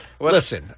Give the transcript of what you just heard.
Listen